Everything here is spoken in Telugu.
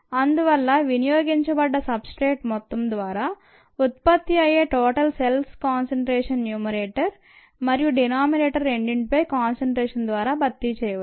అందువల్ల వినియోగించబడ్డ సబ్ స్ట్రేట్ మొత్తం ద్వారా ఉత్పత్తి అయ్యే టోటల్ సెల్స్ కాన్సంట్రేషన్ న్యూమరేటర్ మరియు డిమామినేటర్ రెండింటిపై కాన్సంట్రేషన్ ద్వారా భర్తీ చేయవచ్చు